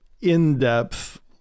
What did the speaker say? in-depth